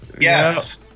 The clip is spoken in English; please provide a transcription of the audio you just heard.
Yes